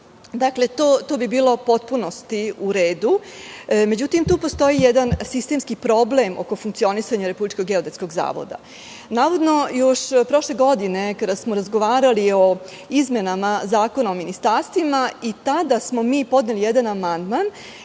Dakle, to bi bilo u potpunosti u redu.Međutim, tu postoji jedan sistemski problem oko funkcionisanja RGZ. Navodno, još prošle godine kada smo razgovarali o izmenama Zakona o ministarstvima, i tada smo mi podneli jedan amandman,